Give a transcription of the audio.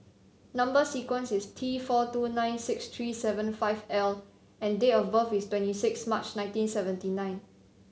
number sequence is T four two nine six three seven five L and date of birth is twenty six March nineteen seventy nine